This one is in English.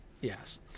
yes